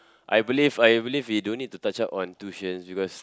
I believe I believe we don't need to touch up on tuition because